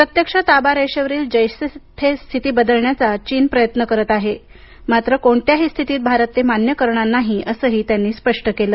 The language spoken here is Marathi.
प्रत्यक्ष ताबारेषेवरील जैसे थे स्थिती बदलण्याचा चीन प्रयत्न करत आहे मात्र कोणत्याही स्थितीत भारत ते मान्य करणार नाही असंही त्यांनी स्पष्ट केल